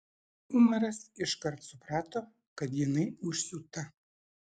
umaras iškart suprato kad jinai užsiūta